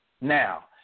Now